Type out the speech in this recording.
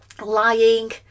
Lying